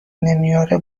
نمیاره